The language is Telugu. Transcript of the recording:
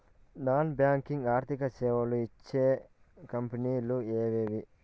నాన్ బ్యాంకింగ్ ఆర్థిక సేవలు ఇచ్చే కంపెని లు ఎవేవి?